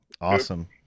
awesome